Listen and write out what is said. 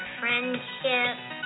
Friendship